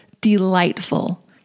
delightful